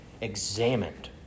examined